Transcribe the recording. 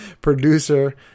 Producer